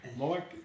Mike